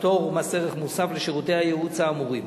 פטור מס ערך מוסף לשירותי הייעוץ האמורים.